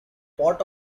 pot